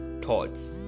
thoughts